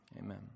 amen